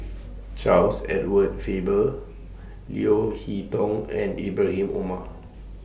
Charles Edward Faber Leo Hee Tong and Ibrahim Omar